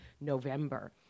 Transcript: November